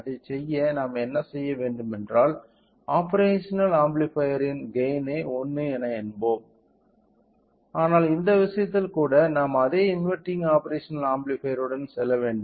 அதைச் செய்ய நாம் என்ன செய்ய வேண்டுமென்றால் ஆப்பேரஷனல் ஆம்பிளிபையர்ன் கெய்ன் ஐ 1 என எடுப்போம் ஆனால் இந்த விஷயத்தில் கூட நாம் அதே இன்வெர்ட்டிங் ஆப்பேரஷனல் ஆம்பிளிபையர்டன் செல்ல வேண்டும்